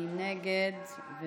מי נגד?